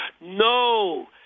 no